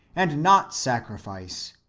and not sacrifice,